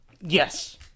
Yes